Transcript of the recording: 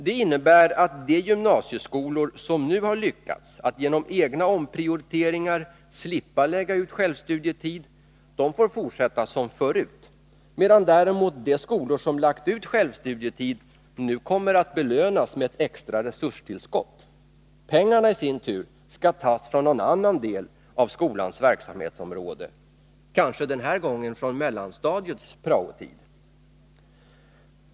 Det innebär att de gymnasieskolor som nu har lyckats att genom egna omprioriteringar slippa lägga ut självstudietid får fortsätta som förut, medan däremot de skolor som lagt ut självstudietid nu kommer att belönas med ett extra resurstillskott. Pengarna i sin tur skall tas från någon annan del av skolans verksamhetsområde — kanske den här gången från mellanstadiets PRAO-tid.